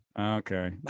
Okay